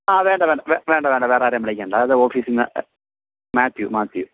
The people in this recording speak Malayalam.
ആ വേണ്ട വേണ്ട വേണ്ട വേണ്ട വേറെ ആരെയും വിളിക്കേണ്ട അത് ഓഫീസിൽ നിന്ന് മാത്യു മാത്യു